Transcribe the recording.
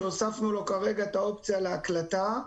שהוספנו לו כרגע את האופציה להקלטה.